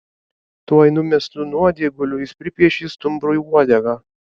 tuoj numestu nuodėguliu jis pripiešė stumbrui uodegą